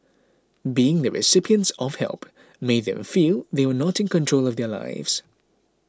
being the recipients of help made them feel they were not in control of their lives